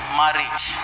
marriage